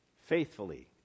faithfully